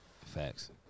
Facts